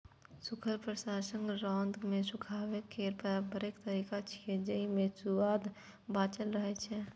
सूखल प्रसंस्करण रौद मे सुखाबै केर पारंपरिक तरीका छियै, जेइ मे सुआद बांचल रहै छै